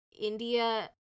india